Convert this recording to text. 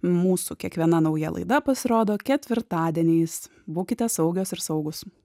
mūsų kiekviena nauja laida pasirodo ketvirtadieniais būkite saugios ir saugūs